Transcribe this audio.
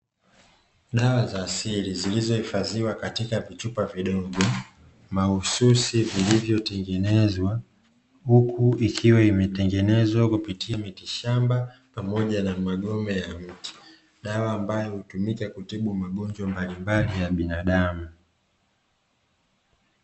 Dawa za asili zilizohifadhiwa katika vichupa vidogo mahususi vilivyotengenezwa, huku ikiwa imetengenezwa kwa kutumia miti shamba pamoja na magome ya mti, dawa ambayo hutumika kutibu magonjwa mbalimbali ya binadamu.